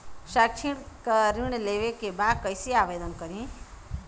शैक्षिक ऋण लेवे के बा कईसे आवेदन करी?